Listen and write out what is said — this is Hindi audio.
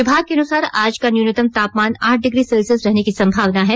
विभाग के अनुसार आज का न्यूनतम तापमान आठ डिग्री सेल्सियस रहने की संभावना है